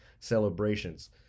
celebrations